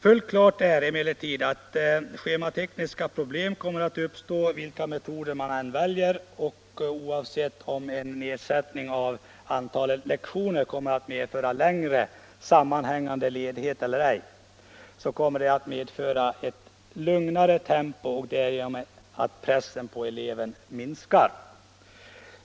Fullt klart är att schematekniska problem kommer att uppstå vilka metoder man än väljer, men oavsett om en nedsättning av antalet lektioner kommer att medföra längre sammanhängande ledighet eller ej, innebär den ett lugnare tempo därigenom att pressen på eleven minskar.